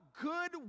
good